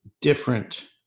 different